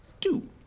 two